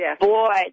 Boy